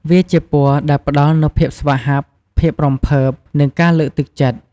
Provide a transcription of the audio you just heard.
វាជាពណ៌ដែលផ្តល់នូវភាពស្វាហាប់ ភាពរំភើប និងការលើកទឹកចិត្ត។